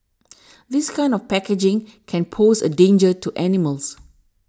this kind of packaging can pose a danger to animals